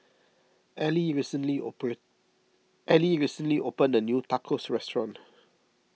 Ally recently open Ally recently opened a new Tacos restaurant